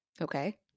Okay